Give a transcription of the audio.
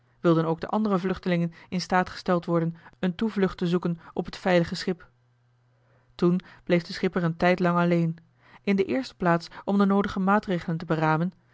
wilden ook de andere vluchtelingen in staat gesteld worden een toevlucht te zoeken op het veilige schip toen bleef de schipper een tijdlang alleen in de eerste plaats om de noodige maatregelen te beramen